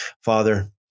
Father